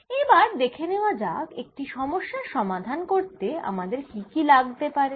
এবার দেখে নেওয়া যাক একটি সমস্যার সমাধান করতে আমাদের কি কি লাগতে পারে